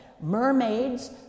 Mermaids